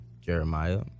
Jeremiah